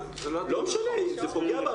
אבל כאשר אתה פותח טלוויזיה,